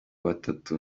batatu